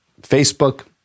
Facebook